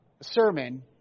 sermon